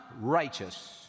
righteous